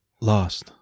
lost